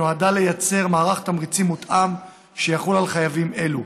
נועדה לייצר מערך תמריצים מותאם שיחול על חייבים אלו.